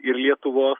ir lietuvos